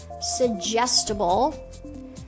suggestible